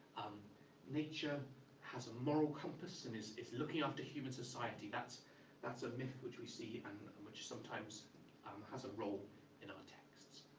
nature has a moral compass and is is looking after human society. that's that's a myth which we see, and which sometimes um has a role in our texts.